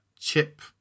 chip